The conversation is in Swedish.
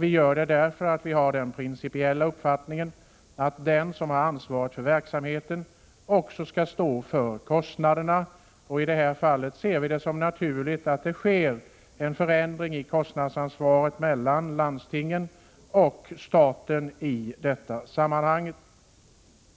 Vi har nämligen den principiella uppfattningen att den som har ansvaret för verksamheten också skall stå för kostnaderna. I detta fall ser vi det som naturligt att det sker en förändring av kostnadsansvaret mellan landstingen och staten.